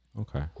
okay